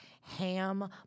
ham